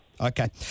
Okay